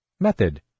Method